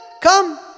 come